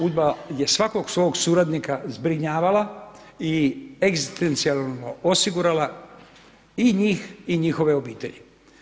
UDBA je svakog svog suradnika zbrinjavala i egzistencijalno osigurala i njih i njihove obitelji.